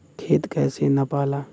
खेत कैसे नपाला?